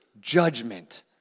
judgment